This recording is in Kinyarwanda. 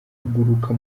kuguruka